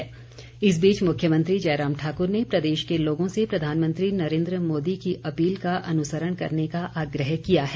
appeal इस बीच मुख्यमंत्री जयराम ठाकुर ने प्रदेश के लोगों से प्रधानमंत्री नरेन्द्र मोदी की अपील का अनुसरण करने का आग्रह किया है